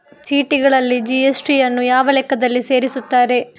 ಚೀಟಿಗಳಲ್ಲಿ ಜಿ.ಎಸ್.ಟಿ ಯನ್ನು ಯಾವ ಲೆಕ್ಕದಲ್ಲಿ ಸೇರಿಸುತ್ತಾರೆ?